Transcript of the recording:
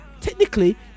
technically